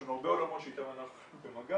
יש הרבה עולמות שאיתם אנחנו במגע,